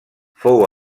fou